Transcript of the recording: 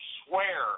swear